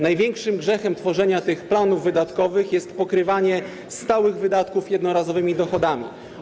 Największym grzechem tworzenia tych planów wydatkowych jest pokrywanie stałych wydatków jednorazowymi dochodami.